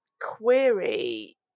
query